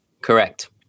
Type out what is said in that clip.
Correct